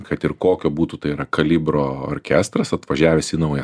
kad ir kokio būtų tai yra kalibro orkestras atvažiavęs į naują